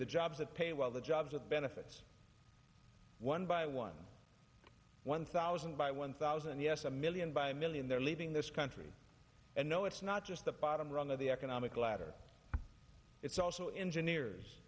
the jobs that pay well the jobs with benefits one by one one thousand by one thousand yes a million by million they're leaving this country and no it's not just the bottom rung of the economic ladder it's also engine ears